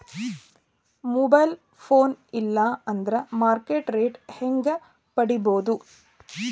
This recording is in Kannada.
ಮೊಬೈಲ್ ಫೋನ್ ಇಲ್ಲಾ ಅಂದ್ರ ಮಾರ್ಕೆಟ್ ರೇಟ್ ಹೆಂಗ್ ಪಡಿಬೋದು?